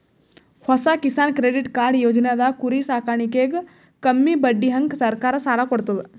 ಹೊಸ Kisan credit card ಯೋಜನೆದಾಗ್ ಕುರಿ ಸಾಕಾಣಿಕೆಗ್ ಕಮ್ಮಿ ಬಡ್ಡಿಹಂಗ್ ಸರ್ಕಾರ್ ಸಾಲ ಕೊಡ್ತದ್